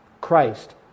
Christ